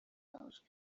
those